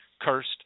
cursed